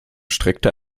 streckte